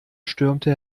stürmte